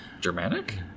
Germanic